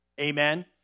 Amen